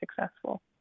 successful